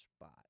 spot